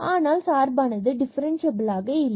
ஆனால் சார்பானது டிஃபரன்ஸ்சியபிலாக இல்லை